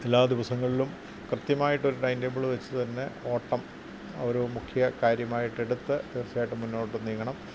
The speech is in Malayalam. എല്ലാ ദിവസങ്ങളിലും കൃതയുമായിട്ട് ഒരു ടൈംടേബിൾ വച്ച് തന്നെ ഓട്ടം ഒരു മുഖ്യ കാര്യമായിട്ട് എടുത്ത് തീർച്ചയായിട്ടും മുന്നോട്ട് നീങ്ങണം